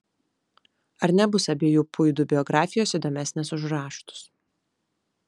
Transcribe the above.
ar nebus abiejų puidų biografijos įdomesnės už raštus